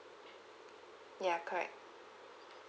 ya correct